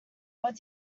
what